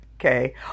okay